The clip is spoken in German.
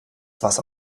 wasser